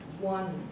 one